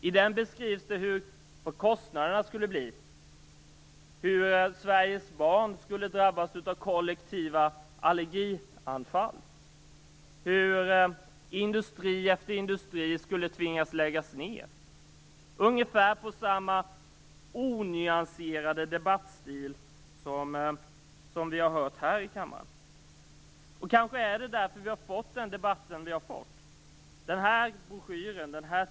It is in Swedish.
I den beskrivs vad kostnaderna skulle bli, hur Sveriges barn skulle drabbas av kollektiva allergianfall, hur industri efter industri skulle tvingas lägga ned. Det är ungefär samma onyanserade debattstil som vi har hört här i kammaren. Kanske är det därför vi har fått den debatt vi har fått.